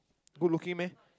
good looking meh